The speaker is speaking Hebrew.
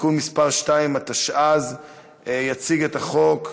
(תיקון מס' 2), התשע"ז 2017. יציג את החוק,